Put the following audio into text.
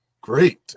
Great